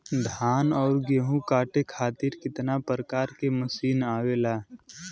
धान और गेहूँ कांटे खातीर कितना प्रकार के मशीन आवेला?